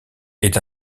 est